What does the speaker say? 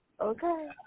okay